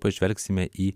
pažvelgsime į